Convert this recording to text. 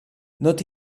not